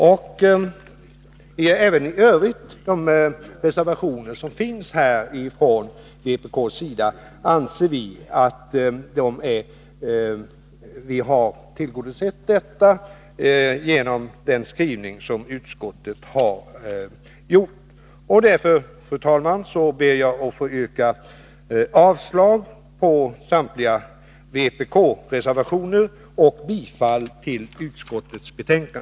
Vi anser även att utskottet genom sin skrivning har tillgodosett övriga reservationer från vpk. Därför, fru talman, yrkar jag avslag på samtliga vpk-reservationer och bifall till utskottets hemställan.